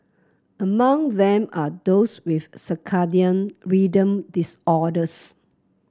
among them are those with circadian rhythm disorders